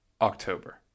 October